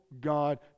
God